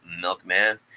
Milkman